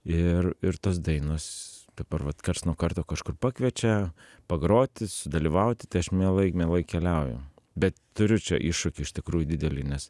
ir ir tos dainos dabar vat karts nuo karto kažkur pakviečia pagroti sudalyvauti tai aš mielai mielai keliauju bet turiu čia iššūkį iš tikrųjų didelį nes